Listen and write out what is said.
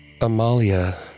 Amalia